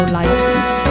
license